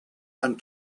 and